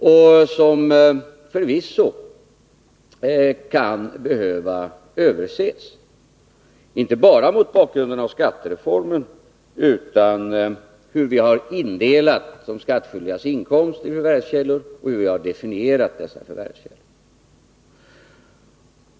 Indelningen kan förvisso behöva ses över, inte bara mot bakgrund av skattereformen utan också mot bakgrund av hur vi har indelat de skattskyldigas inkomster i förvärvskällor och av hur vi har definierat dessa förvärvskällor.